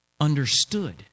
understood